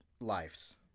lives